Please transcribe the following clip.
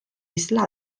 isla